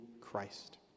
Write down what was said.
Christ